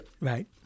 Right